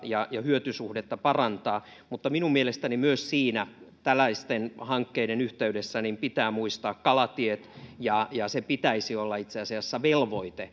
ja ja hyötysuhdetta voidaan parantaa mutta minun mielestäni myös siinä tällaisten hankkeiden yhteydessä pitää muistaa kalatiet sen pitäisi olla itse asiassa velvoite